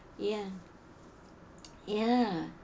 ya ya